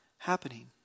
Happening